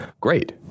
Great